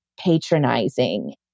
patronizing